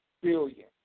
billion